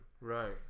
right